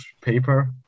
paper